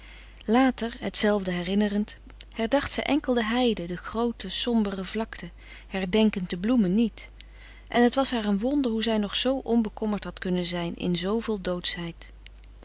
later hetzelfde herinnerend herdacht zij enkel de heide de groote sombere vlakte herdenkend de bloemen niet en het was haar een wonder hoe zij nog zoo onbekommerd had kunnen zijn in zooveel